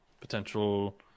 potential